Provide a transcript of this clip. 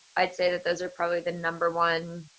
i'd say that those are probably the number one,